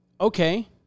okay